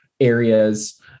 areas